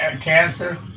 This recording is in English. cancer